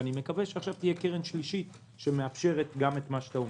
ואני מקווה שעכשיו תהיה קרן שלישית שתאפשר גם את מה שאתה אומר.